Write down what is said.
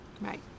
right